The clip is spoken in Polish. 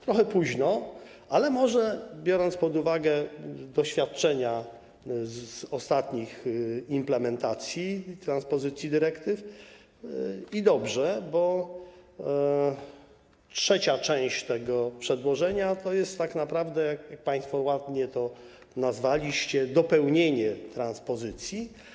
Trochę późno, ale może dobrze, biorąc pod uwagę doświadczenia dotyczące ostatnich implementacji, transpozycji dyrektyw, bo trzecia część tego przedłożenia to jest tak naprawdę, jak państwo ładnie to nazwaliście, dopełnienie transpozycji.